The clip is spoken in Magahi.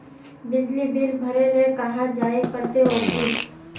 बिजली बिल भरे ले कहाँ जाय पड़ते ऑफिस?